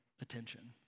attention